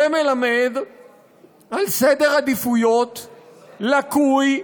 זה מלמד על סדר עדיפויות לקוי,